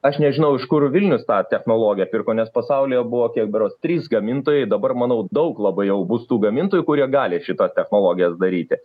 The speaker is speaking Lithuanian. aš nežinau iš kur vilnius tą technologiją pirko nes pasaulyje buvo kiek berods trys gamintojai dabar manau daug labai jau bus tų gamintojų kurie gali šitas technologijas daryti